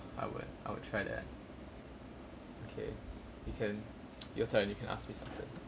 I will I will try that okay you can your turn you can ask me something